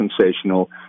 sensational